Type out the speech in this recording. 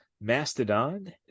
Mastodon